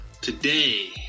Today